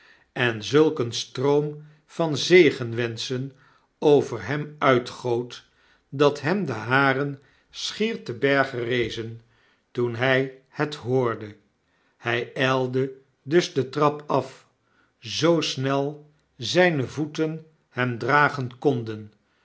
en zulk eenstroomvan zegenwenschen over hem uitgoot dat hem de haren schier te berge rezen toen hy het hoorde hy ijlde dus de trap af zoo snel zyne voeten hem dragen konden